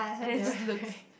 and it just looks